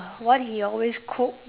what he always quote